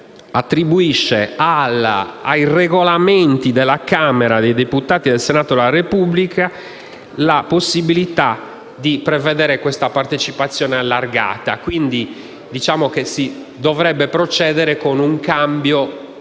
attribuisce ai Regolamenti della Camera dei deputati e del Senato della Repubblica la possibilità di prevedere una partecipazione allargata. Quindi, si dovrebbe procedere con una modifica